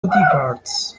bodyguards